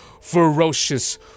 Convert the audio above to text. ferocious